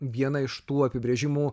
vieną iš tų apibrėžimų